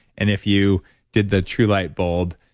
and if you did the truelight bulb,